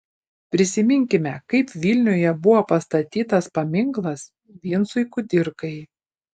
prisiminkime kaip vilniuje buvo pastatytas paminklas vincui kudirkai